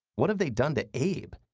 what have they done to abe?